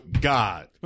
God